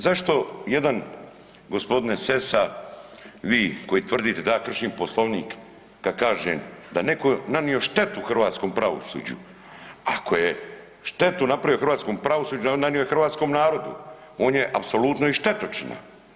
Zašto jedan gospodine Sessa vi koji tvrdite da ja kršim Poslovnik kad kažem da je netko nanio štetu hrvatskom pravosuđu, ako je štetu napravio hrvatskom pravosuđu nanio ju je hrvatskom narodu, on je apsolutno i štetočina.